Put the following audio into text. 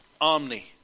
omni